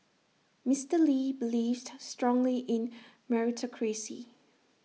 Mister lee believed strongly in meritocracy